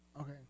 Okay